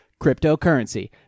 cryptocurrency